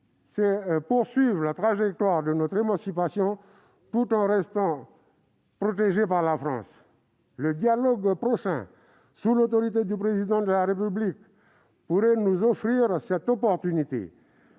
c'est poursuivre la trajectoire de notre émancipation, tout en restant protégé par la France. Le dialogue prochain, sous l'autorité du Président de la République, pourrait nous offrir cette opportunité.